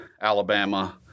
Alabama